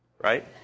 Right